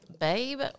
Babe